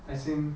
as in